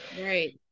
Right